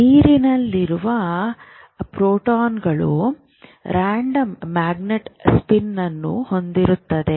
ನೀರಿನಲ್ಲಿರುವ ಪ್ರೋಟಾನ್ಗಳು ಯಾದೃಚ್ magnetic spin ಅನ್ನು ಹೊಂದಿರುತ್ತವೆ